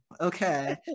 Okay